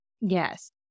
Yes